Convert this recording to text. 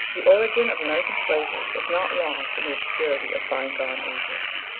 the origin of american slavery is not lost in the obscurity of by-gone ages.